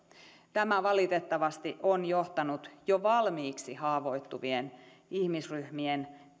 tämä valitettavasti on johtanut jo valmiiksi haavoittuvien ihmisryhmien